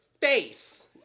face